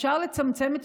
אפשר לצמצם,